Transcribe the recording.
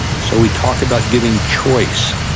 so we talk about giving choice,